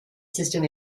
system